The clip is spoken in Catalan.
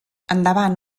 endavant